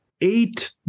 Eight